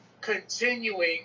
continuing